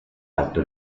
alto